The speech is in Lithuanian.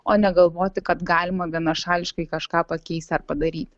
o ne galvoti kad galima vienašališkai kažką pakeist ar padaryt